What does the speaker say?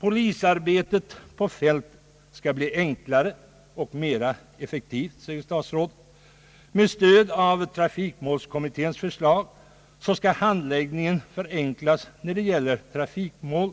Polisarbetet på fältet skall bli enklare och mera effektivt, säger statsrådet. Med stöd av trafikmålskommitténs förslag skall handläggningen förenklas i fråga om trafikmål,